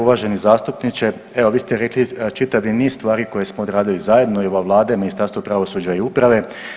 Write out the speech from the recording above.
Uvaženi zastupniče, evo vi ste rekli čitavi niz stvari koje smo odradili zajedno i ova Vlada i Ministarstvo pravosuđa i uprave.